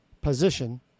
position